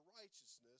righteousness